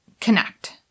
connect